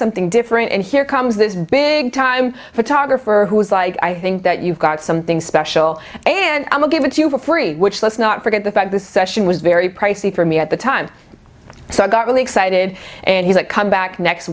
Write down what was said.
something different and here comes this big time photographer who is like i think that you've got something special and i'll give it to you for free which let's not forget the fact the session was very pricey for me at the time so i got really excited and he's like come back next